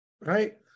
Right